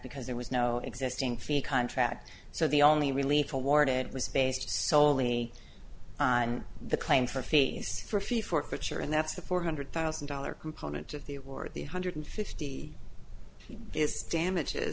because there was no existing fee contract so the only relief awarded was based soley on the claim for fees for a fee for future and that's the four hundred thousand dollars component of the war the hundred fifty is damages